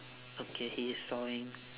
okay he's sawing